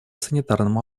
санитарному